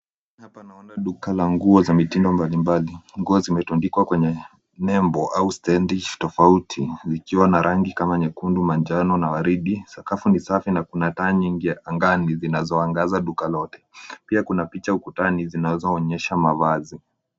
Hapa naona duka la nguo za mitindo mbalimbali. Nguo zimetundikwa kwenye nembo au stendi tofauti zikiwa na rangi kama mekundu, manjano na waridi. Sakafu ni safi na kuna taa nyingi ya angani zinazoangaza duka lote. Pia kuna picha ukutani zinazoonyesha mavazi.